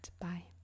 Bye